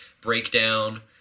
breakdown